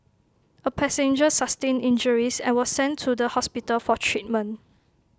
A passenger sustained injuries and was sent to the hospital for treatment